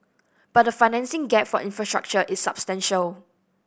but the financing gap for infrastructure is substantial